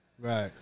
Right